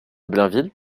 blainville